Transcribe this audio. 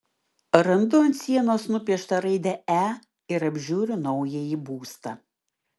randu ant sienos nupieštą raidę e ir apžiūriu naująjį būstą